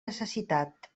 necessitat